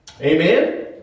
Amen